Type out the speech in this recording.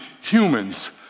humans